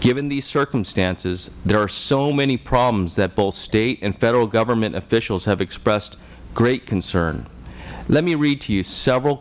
given these circumstances there are so many problems that both state and federal government officials have expressed great concern let me